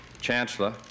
Chancellor